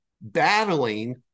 battling